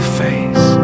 face